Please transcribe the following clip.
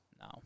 No